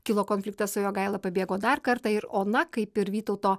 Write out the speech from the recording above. kilo konfliktas su jogaila pabėgo dar kartą ir ona kaip ir vytauto